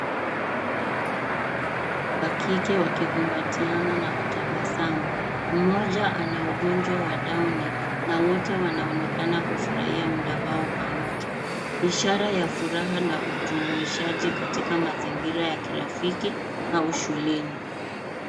Wa kike wakikumbatiana na kutabasamu. Mmoja ana ugonjwa wa downi na wote wanoenekana kufurahia muda wao pamoja. Ishara ya furaha na ujumuishaji katika mazingira ya kirafiki au shuleni.